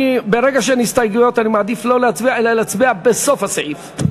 ברגע שאין הסתייגויות אני מעדיף לא להצביע אלא להצביע בסוף הסעיף.